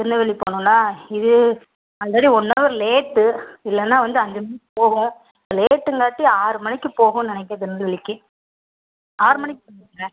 திருநெல்வேலி போகணுன்னா இது already one hour late இல்லைனா வந்து அஞ்சு மணிக்கு போகும் லேட்டுங்காட்டி ஆறு மணிக்கு போகும்னு நெனைக்க திருநெல்வேலிக்கு ஆறு மணிக்கு போகுங்க